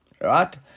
right